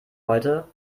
heute